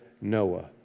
Noah